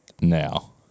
now